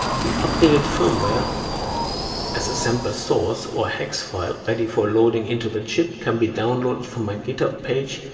the updated firmware as assembler source or hex file ready for loading into the chip can be downloaded from my github page,